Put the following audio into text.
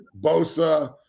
Bosa